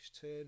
turn